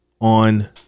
on